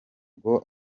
bwo